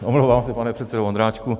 Omlouvám se, pane předsedo Vondráčku.